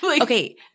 okay